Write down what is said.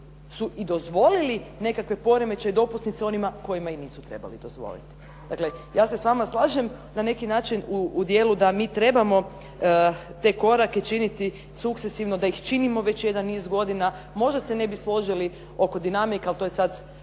su i dozvolili nekakve poremećaje, dopusnice onima kojima i nisu trebali dozvoliti. Dakle, ja se s vama slažem na neki način u dijelu da mi trebamo te korake činiti sukcestivno, da ih činimo već jedan niz godina. Možda se ne bi složili oko dinamike ali to je sad